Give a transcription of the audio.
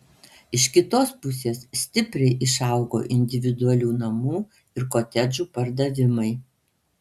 iš kitos pusės stipriai išaugo individualių namų ir kotedžų pardavimai